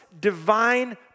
divine